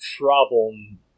problem